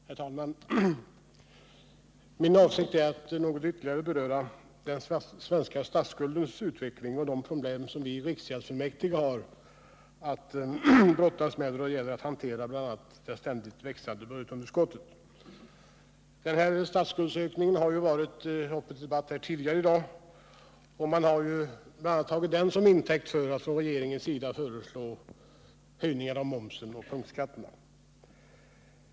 Herr talman! Min avsikt är att ytterligare något beröra den svenska statsskuldens utveckling och de problem som vi i riksgäldsfullmäktige har att brottas med då det gäller att hantera bl.a. det ständigt växande budgetunderskottet. Statsskuldsökningen har varit uppe till debatt tidigare i dag, och man har från regeringens sida tagit bl.a. denna till intäkt för att föreslå höjningar av momsen och punktskatter.